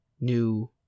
new